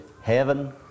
heaven